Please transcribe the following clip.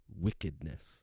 wickedness